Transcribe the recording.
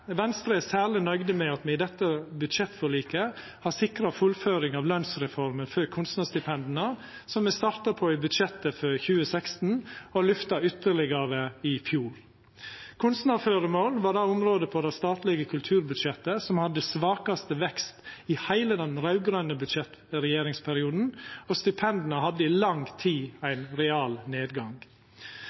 Venstre er særleg nøgde med at me i dette budsjettforliket har sikra fullføring av lønsreformer for kunstnarstipenda, som me starta på i budsjettet for 2016 og lyfta ytterlegare i fjor. Kunstnarføremål var det området på det statlege kulturbudsjettet som hadde svakast vekst i heile den raud-grøne regjeringsperioden, og stipenda hadde i lang tid ein